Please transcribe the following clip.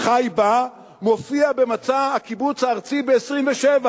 החי בה מופיע במצע הקיבוץ הארצי ב-27'